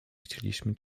chcieliśmy